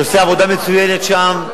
שעושה עבודה מצוינת שם.